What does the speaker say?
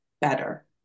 better